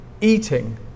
eating